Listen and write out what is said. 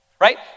Right